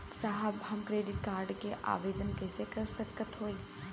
साहब हम credit card क आवेदन कइसे कर सकत हई?